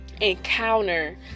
encounter